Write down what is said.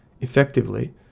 effectively